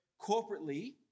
corporately